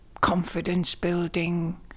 confidence-building